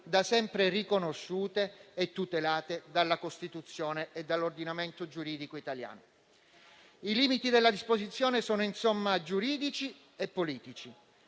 da sempre riconosciute e tutelate dalla Costituzione e dall'ordinamento giuridico italiano. I limiti della disposizione sono insomma giuridici e politici.